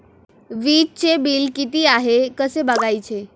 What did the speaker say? वीजचे बिल किती आहे कसे बघायचे?